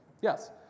Yes